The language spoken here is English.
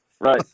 Right